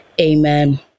amen